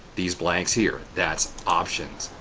these blanks here. that's options,